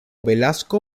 velasco